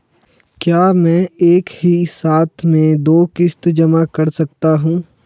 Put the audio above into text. क्या मैं एक ही साथ में दो किश्त जमा कर सकता हूँ?